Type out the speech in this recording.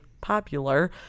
popular